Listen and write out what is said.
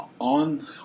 on